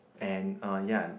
and uh ya